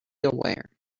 aware